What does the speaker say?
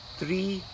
three